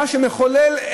מה שמחולל,